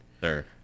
sir